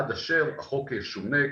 עד אשר החוק ישונה.